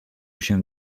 się